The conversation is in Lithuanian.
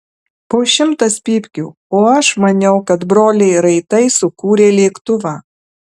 po šimtas pypkių o aš maniau kad broliai raitai sukūrė lėktuvą